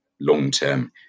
long-term